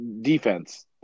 defense